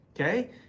Okay